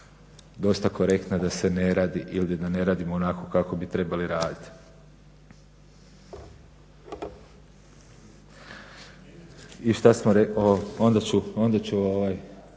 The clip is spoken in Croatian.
dosta korektna da se ne radi ili da ne radimo onako kako bi trebali raditi. I šta smo rekli, onda ću, moram